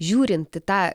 žiūrint į tą